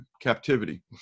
captivity